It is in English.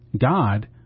God